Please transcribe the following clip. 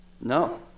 no